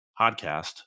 podcast